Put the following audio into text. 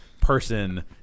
person